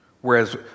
whereas